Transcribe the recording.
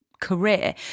career